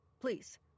please